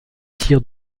tire